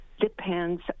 depends